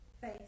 face